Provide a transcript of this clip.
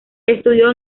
estudió